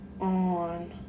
on